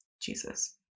Jesus